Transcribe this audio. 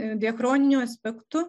diachroniniu aspektu